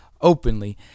openly